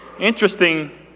Interesting